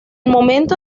momento